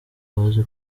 bazi